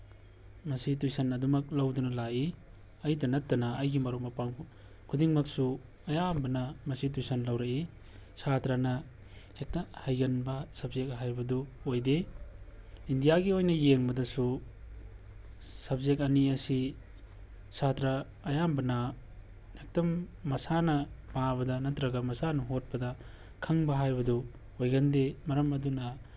ꯃꯁꯤ ꯇꯨꯏꯁꯟ ꯑꯗꯨꯃꯛ ꯂꯧꯗꯨꯅ ꯂꯥꯛꯏ ꯑꯩꯇ ꯅꯠꯇꯅ ꯑꯩꯒꯤ ꯃꯔꯨꯞ ꯃꯄꯥꯡ ꯈꯨꯗꯤꯡꯃꯛꯁꯨ ꯑꯌꯥꯝꯕꯅ ꯃꯁꯤ ꯇꯨꯏꯁꯟ ꯇꯧꯔꯛꯏ ꯁꯥꯇ꯭ꯔꯅ ꯍꯦꯛꯇ ꯍꯩꯒꯟꯕ ꯁꯕꯖꯦꯛ ꯍꯥꯏꯕꯗꯨ ꯑꯣꯏꯗꯦ ꯏꯟꯗꯤꯌꯥꯒꯤ ꯑꯣꯏꯅ ꯌꯦꯡꯕꯗꯁꯨ ꯁꯕꯖꯦꯛ ꯑꯅꯤ ꯑꯁꯤ ꯁꯥꯇ꯭ꯔ ꯑꯌꯥꯝꯕꯅ ꯍꯦꯛꯇ ꯃꯁꯥꯅ ꯄꯥꯕꯗ ꯅꯠꯇ꯭ꯔꯒ ꯃꯁꯥꯅ ꯍꯣꯠꯄꯗ ꯈꯪꯕ ꯍꯥꯏꯕꯗꯨ ꯑꯣꯏꯒꯟꯗꯦ ꯃꯔꯝ ꯑꯗꯨꯅ